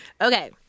Okay